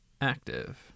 Active